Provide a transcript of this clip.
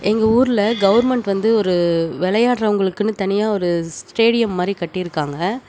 எங்கள் ஊரில் கவுர்மெண்ட் வந்து ஒரு விளையாட்றவுங்களுக்குனு தனியாக ஒரு ஸ்டேடியம் மாதிரி கட்டியிருக்காங்க